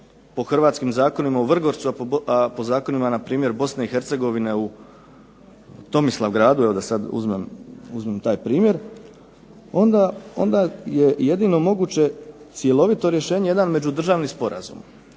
po hrvatskim zakonima u Vrgorcu, a po zakonima na primjer Bosne i Hercegovine u Tomislavgradu evo da sad uzmem taj primjer, onda je jedino moguće cjelovito rješenje jedan međudržavni sporazum.